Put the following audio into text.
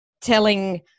telling